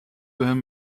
بهم